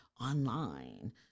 online